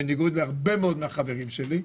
בניגוד להרבה מאוד מהחברים שלי,